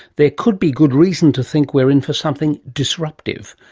there could be good reason to think we're in for something disruptive.